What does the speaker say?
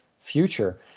future